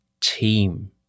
team